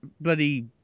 Bloody